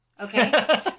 Okay